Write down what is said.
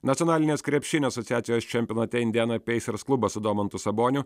nacionalinės krepšinio asociacijos čempionate indiana peisers klubas su domantu saboniu